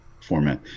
format